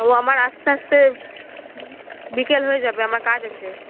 ও আমার আসতে আসতে বিকেল হয়ে যাবে আমার কাজ আছে